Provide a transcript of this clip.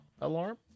alarm